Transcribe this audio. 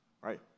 right